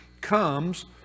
comes